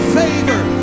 favor